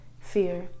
fear